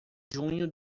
junho